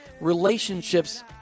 relationships